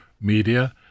media